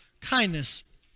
kindness